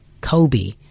Kobe